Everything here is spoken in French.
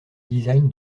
design